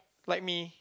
like me